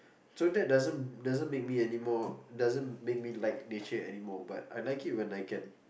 so that doesn't doesn't make me anymore doesn't make me like nature anymore but I like it when I can